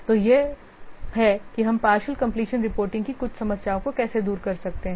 तो यह है कि हम पार्षइल कंप्लीशन रिपोर्टिंग की कुछ समस्याओं को कैसे दूर कर सकते हैं